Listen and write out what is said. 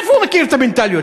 מאיפה הוא מכיר את המנטליות?